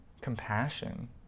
compassion